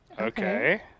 Okay